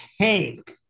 tank